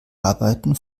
arbeiten